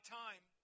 time